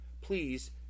Please